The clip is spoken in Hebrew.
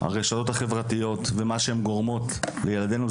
יחד עם הרשתות החברתיות והנזק שהן גורמות לילדינו,